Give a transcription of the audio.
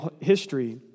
history